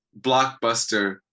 blockbuster